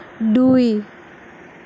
দুই